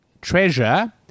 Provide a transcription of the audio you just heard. treasure